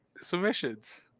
submissions